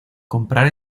comprar